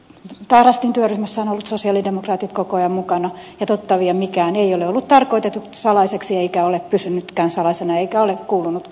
tarastin työryhmässä ovat olleet sosialidemokraatit koko ajan mukana ja totta vie mikään ei ole ollut tarkoitettu salaiseksi eikä ole pysynytkään salaisena eikä ole kuulunutkaan pysyä